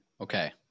Okay